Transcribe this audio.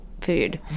food